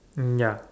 mm ya